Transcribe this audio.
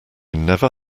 never